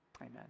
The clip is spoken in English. Amen